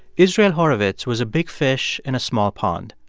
israel horovitz was a big fish in a small pond.